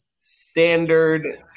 standard